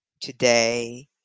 today